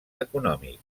econòmic